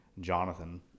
Jonathan